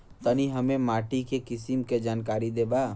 तनि हमें माटी के किसीम के जानकारी देबा?